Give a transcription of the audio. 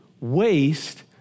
waste